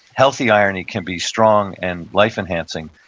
healthy irony can be strong and life enhancing,